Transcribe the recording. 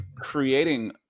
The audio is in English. creating